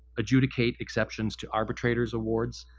adjudicate exceptions to arbitrator's awards,